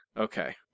Okay